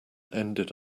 ended